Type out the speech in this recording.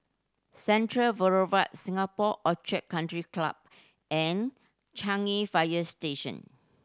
Central Boulevard Singapore Orchid Country Club and Changi Fire Station